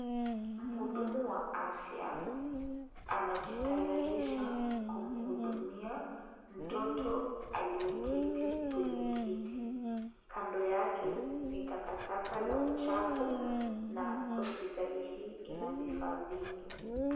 Mhudumu wa afya, anajitayarisha kumhudumia mtoto aliyeketi kwenye kiti. Kando yake, ni takataka la uchafu na hospitali hii ina vifaa vingi.